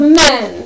men